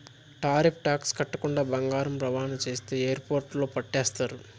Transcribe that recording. tariff tax కట్టకుండా బంగారం రవాణా చేస్తే ఎయిర్పోర్టుల్ల పట్టేస్తారు